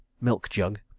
milk-jug